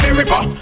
river